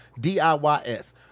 DIYs